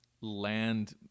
land